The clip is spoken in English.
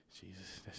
Jesus